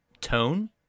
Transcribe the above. tone